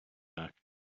back